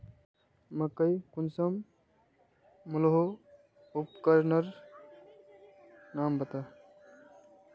मकई कुंसम मलोहो उपकरनेर नाम बता?